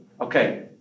Okay